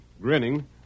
grinning